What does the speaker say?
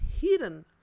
hidden